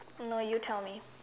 no you tell me